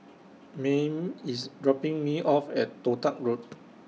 Mayme IS dropping Me off At Toh Tuck Road